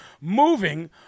moving